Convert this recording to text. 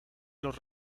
los